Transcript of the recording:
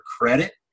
credit